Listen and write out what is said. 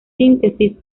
síntesis